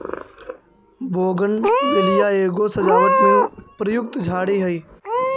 bougainvillea एगो सजावट में प्रयुक्त झाड़ी हई